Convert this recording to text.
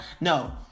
No